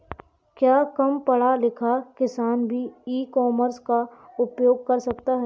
क्या कम पढ़ा लिखा किसान भी ई कॉमर्स का उपयोग कर सकता है?